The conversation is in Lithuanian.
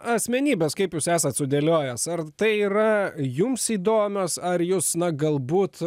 asmenybės kaip jūs esat sudėliojęs ar tai yra jums įdomios ar jūs na galbūt